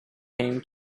came